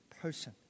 person